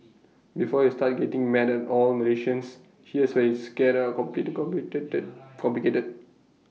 before you start getting mad at all Malaysians here's where it's get A complicated